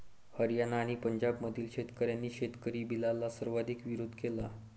हरियाणा आणि पंजाबमधील शेतकऱ्यांनी शेतकरी बिलला सर्वाधिक विरोध केला